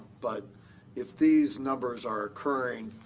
but if these numbers are occurring,